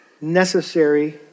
necessary